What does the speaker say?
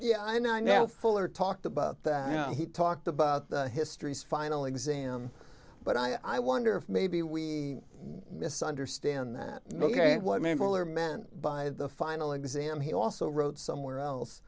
yeah i know now fuller talked about that he talked about the histories final exam but i wonder if maybe we misunderstand that ok what mabel are meant by the final exam he also wrote somewhere else